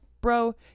bro